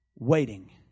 waiting